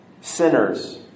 sinners